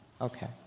Okay